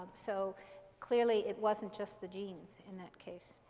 so clearly it wasn't just the genes, in that case.